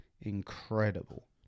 incredible